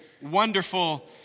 wonderful